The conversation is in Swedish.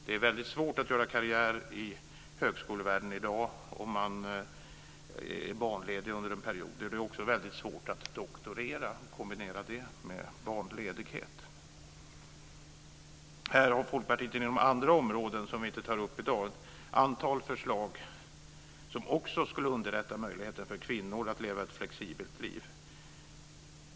Det är svårt att göra karriär i högskolevärlden i dag om man är barnledig under en period. Det blir också väldigt svårt att doktorera, att kombinera det med barnledighet. Folkpartiet har inom andra områden som vi inte tar upp i dag ett antal förslag som också skulle underlätta möjligheten för kvinnor att leva ett flexibelt liv.